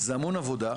זה המון עבודה.